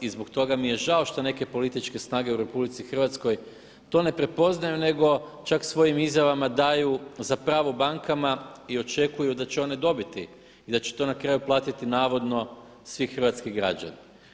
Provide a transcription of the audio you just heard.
I zbog toga mi je žao što neke političke snage u RH to ne prepoznaju nego čak svojim izjavama daju za pravo bankama i očekuju da će one dobiti i da će to na kraju platiti navodno svi hrvatski građani.